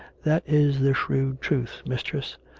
that is the shrewd truth, mistress.